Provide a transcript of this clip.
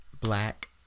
black